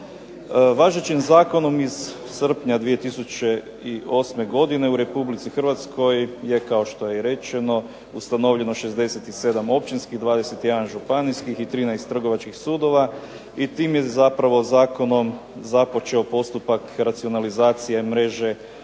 Važećim zakonom iz srpnja 2008. godine u Republici Hrvatskoj je kao što je rečeno ustanovljeno 67 općinskih, 21 županijskih i 13 trgovačkih sudova i tim je zakonom započeo postupak racionalizacije mreže općinskih